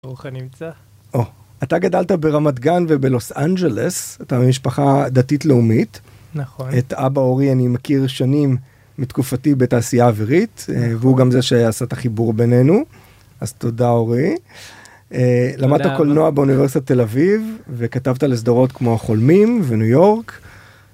ברוך הנמצא. -או. אתה גדלת ברמת גן ובלוס אנג'לס, אתה ממשפחה דתית לאומית, -נכון. -את אבא אורי אני מכיר שנים מתקופתי בתעשייה האווירית, והוא גם זה שעשה את החיבור בינינו, אז תודה אורי, למדת קולנוע באוניברסיטת תל אביב וכתבת לסדרות כמו "החולמים" ו"ניו יורק".